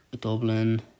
Dublin